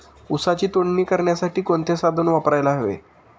ऊसाची तोडणी करण्यासाठी कोणते साधन वापरायला हवे?